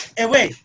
away